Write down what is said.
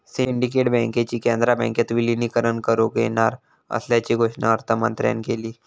syndicate बँकेचा कॅनरा बँकेत विलीनीकरण करुक येणार असल्याची घोषणा अर्थमंत्र्यांन केली